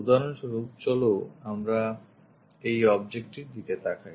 উদাহরণস্বরূপ চলো আমরা এই অবজেক্ট টির দিকে তাকাই